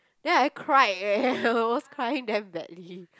then I cried eh I was crying damn badly